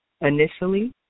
Initially